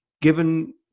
given